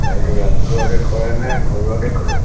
সেইটো ৰাজহুৱাকে কৰে নে ঘৰুৱাকে কৰে